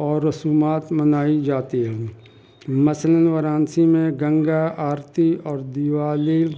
اور رسومات منائی جاتی ہیں مثلاً وارانسی میں گنگا آرتی اور دیوالی